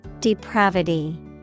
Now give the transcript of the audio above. Depravity